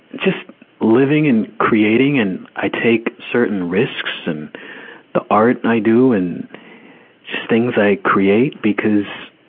just living and creating and, i take certain risks. and the art i do and just things i create because,